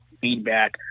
feedback